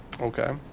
Okay